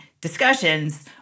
discussions